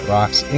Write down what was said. Rocks